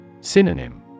Synonym